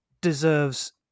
deserves